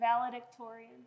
valedictorian